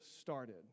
started